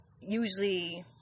usually